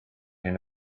hyn